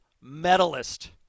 medalist